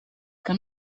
que